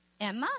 Emma